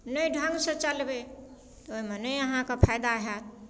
नहि ढङ्गसँ चलबै तऽ ओइमे नहि अहाँके फायदा हैत